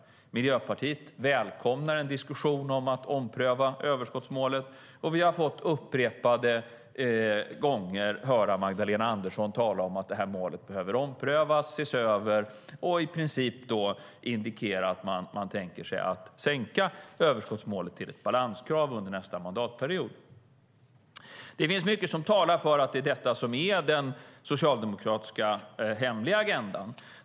Miljöpartiet välkomnar en diskussion om att ompröva överskottsmålet. Vi har upprepade gånger hört Magdalena Andersson tala om att målet behöver omprövas och ses över, och i princip indikerar man en sänkning av överskottsmålet till ett balanskrav under nästa mandatperiod. Det finns mycket som talar för att det är detta som är den socialdemokratiska hemliga agendan.